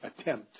attempt